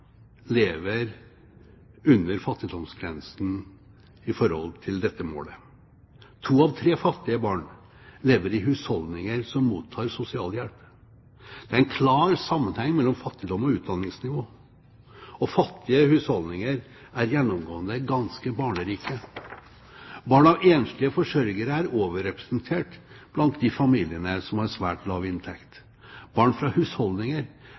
lever under fattigdomsgrensen i forhold til dette målet. To av tre fattige barn lever i husholdninger som mottar sosialhjelp. Det er en klar sammenheng mellom fattigdom og utdanningsnivå. Fattige husholdninger er gjennomgående ganske barnerike. Barn av enslige forsørgere er overrepresentert blant de familiene som har svært lav inntekt. Barn fra husholdninger